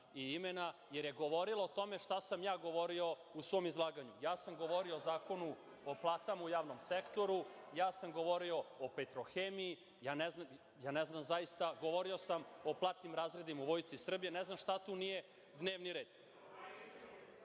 i imena, jer je govorila o tome šta sam ja govorio u svom izlaganju. Ja sam govorio o Zakonu o platama u javnom sektoru. Govorio sam o Petrohemiji. Govorio sam o platnim razredima u Vojsci Srbije, ne znam šta tu nije dnevni red.